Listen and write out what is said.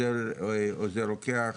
עוזר רוקח,